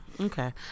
Okay